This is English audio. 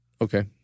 Okay